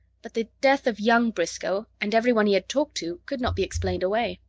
but the death of young briscoe and everyone he had talked to could not be explained away.